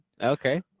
Okay